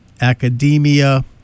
academia